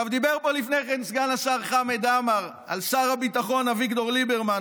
דיבר פה לפני כן סגן השר חמד עמאר על שר הביטחון אביגדור ליברמן.